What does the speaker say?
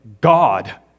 god